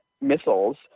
missiles